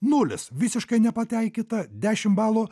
nulis visiškai nepataikyta dešim balų